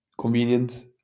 convenient